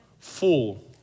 Full